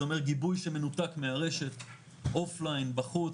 זה אומר גיבוי שמנותק מהרשת OFF LINE בחוץ,